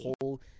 whole